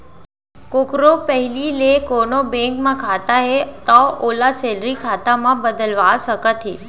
कोकरो पहिली ले कोनों बेंक म खाता हे तौ ओला सेलरी खाता म बदलवा सकत हे